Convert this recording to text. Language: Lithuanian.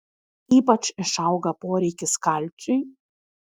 ypač išauga poreikis kalciui